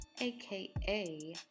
aka